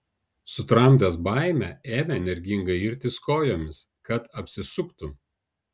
sutramdęs baimę ėmė energingai irtis kojomis kad apsisuktų